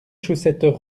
chaussettes